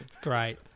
Great